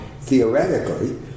Theoretically